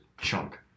chunk